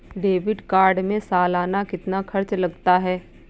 Debit card में सालाना कितना खर्च लगता है?